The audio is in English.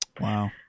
Wow